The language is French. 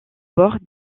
bord